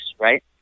right